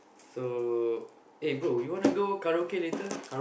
so eh bro you wanna go karaoke later